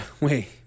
wait